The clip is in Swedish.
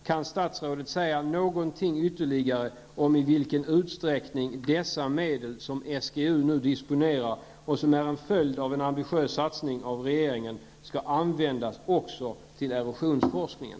Kan statsrådet alltså säga någonting ytterligare om i vilken utsträckning de medel som SGU nu disponerar och som är resultatet av en ambitiös satsning från regeringens sida skall användas också till erosionsforskningen?